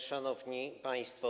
Szanowni Państwo!